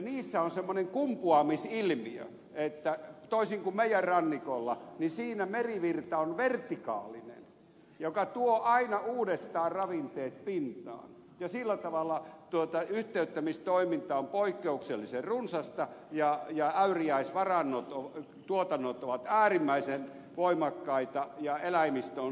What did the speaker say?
niissä on semmoinen kumpuamisilmiö että toisin kuin meidän rannikolla siinä merivirta on vertikaalinen ja tuo aina uudestaan ravinteet pintaan ja sillä tavalla yhteyttämistoiminta on poikkeuksellisen runsasta ja äyriäistuotannot ovat äärimmäisen voimakkaita ja eläimistö on sen mukainen